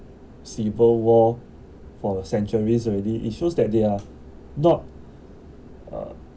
civil war for a centuries already its shows that they are not uh